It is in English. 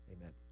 Amen